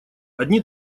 одни